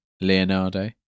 Leonardo